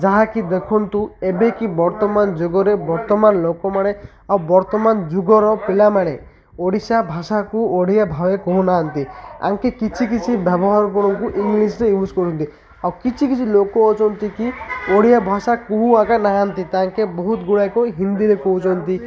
ଯାହାକି ଦେଖନ୍ତୁ ଏବେ କିି ବର୍ତ୍ତମାନ ଯୁଗରେ ବର୍ତ୍ତମାନ ଲୋକମାନେ ଆଉ ବର୍ତ୍ତମାନ ଯୁଗର ପିଲାମାନେ ଓଡ଼ିଶା ଭାଷାକୁ ଓଡ଼ିଆ ଭାବେ କହୁନାହାନ୍ତି ଆଙ୍କେ କିଛି କିଛି ବ୍ୟବହାର ଗୁଡ଼ାକୁ ଇଂଲିଶ୍ରେ ୟୁଜ୍ କରନ୍ତି ଆଉ କିଛି କିଛି ଲୋକ ଅଛନ୍ତି କି ଓଡ଼ିଆ ଭାଷା କହୁ ଆକା ନାହାନ୍ତି ତାଙ୍କେ ବହୁତଗୁଡ଼ାକ ହିନ୍ଦୀରେ କହୁଛନ୍ତି